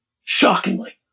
shockingly